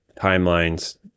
timelines